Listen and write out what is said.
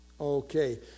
Okay